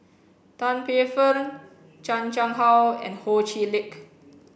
Tan Paey Fern Chan Chang How and Ho Chee Lick